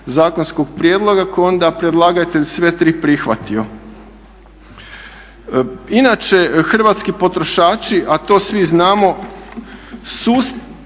zakonskog prijedloga koju onda predlagatelj sve tri prihvati. Inače hrvatski potrošači a to svi znamo